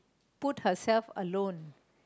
put herself alone